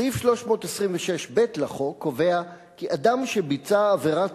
סעיף 326(ב) לחוק קובע כי אדם שביצע עבירת